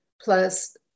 plus